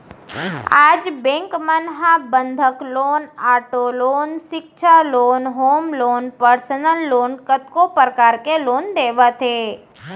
आज बेंक मन ह बंधक लोन, आटो लोन, सिक्छा loan, home loan, personal loan कतको परकार ले लोन देवत हे